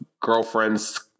girlfriend's